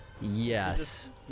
yes